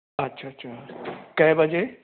ਅੱਛਾ ਅੱਛਾ ਕੈ ਵਜੇ